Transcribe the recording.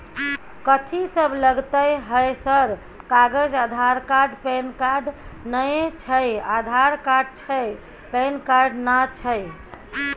कथि सब लगतै है सर कागज आधार कार्ड पैन कार्ड नए छै आधार कार्ड छै पैन कार्ड ना छै?